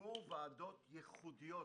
הוקמו ועדות ייחודיות,